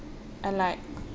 and like